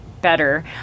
better